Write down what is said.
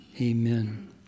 Amen